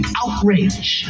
outrage